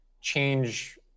change